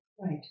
Right